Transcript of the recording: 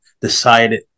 decided